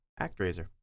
Actraiser